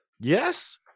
yes